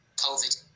COVID